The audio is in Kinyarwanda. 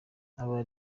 aba